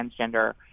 transgender